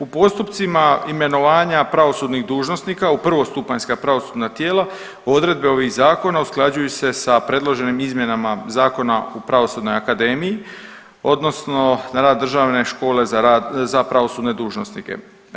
U postupcima imenovanja pravosudnih dužnosnika u prvostupanjska pravosudna tijela odredbe ovih zakona usklađuju su se sa predloženim izmjenama zakona u Pravosudnoj akademiji odnosno na rad Državne škole za rad, za pravosudne dužnosnike.